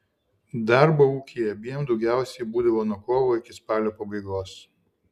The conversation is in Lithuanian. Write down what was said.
darbo ūkyje abiem daugiausiai būdavo nuo kovo iki spalio pabaigos